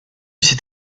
c’est